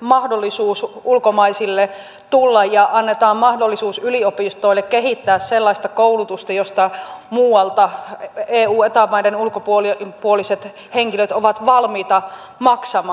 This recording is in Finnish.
mahdollisuus ulkomaisille tulla ja annetaan mahdollisuus yliopistoille kehittää sellaista koulutusta josta muualta eu eta maiden ulkopuoliset henkilöt ovat valmiita maksamaan